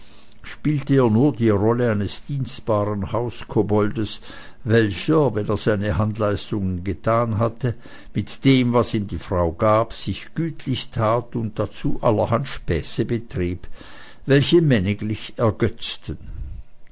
er nur die rolle eines dienstbaren hauskoboldes welcher wenn er seine handleistungen getan hatte mit dem was ihm die frau gab sich gütlich tat und dazu allerhand späße trieb welche männiglich ergötzten